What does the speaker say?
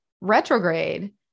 retrograde